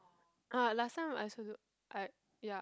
ah last time I also got I ya